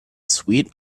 sweet